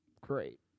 Great